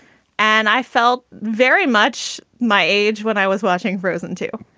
and i felt very much my age when i was watching frozen, too.